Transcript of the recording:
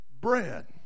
bread